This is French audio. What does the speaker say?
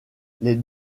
les